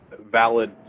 valid